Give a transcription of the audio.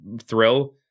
thrill